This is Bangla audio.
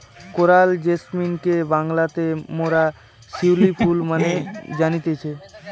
কোরাল জেসমিনকে বাংলাতে মোরা শিউলি ফুল মানে জানতেছি